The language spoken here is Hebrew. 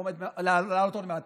עומד לעלות עוד מעט,